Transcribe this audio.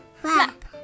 flap